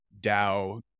DAO